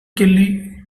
kelly